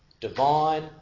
divine